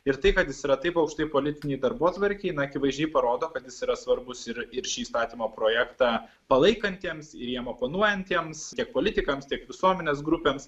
ir tai kad jis yra taip aukštai politinėj darbotvarkėj na akivaizdžiai parodo kad jis yra svarbus ir ir šį įstatymo projektą palaikantiems ir jam oponuojantiems tiek politikams tiek visuomenės grupėms